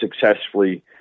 successfully